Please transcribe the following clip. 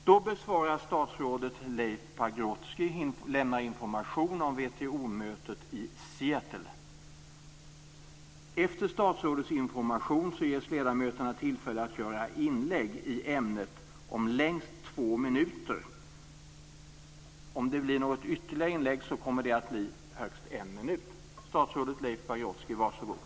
Nu lämnar statsrådet Leif Pagrotsky information om WTO-mötet i Seattle. Efter statsrådets information ges ledamöterna möjlighet att göra inlägg i ämnet om högst 2 minuter. Om det blir något ytterligare inlägg så kommer det att bli högst 1 minut.